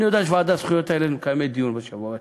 אני יודע שהוועדה לזכויות הילד מקיימת דיון בשבוע הזה,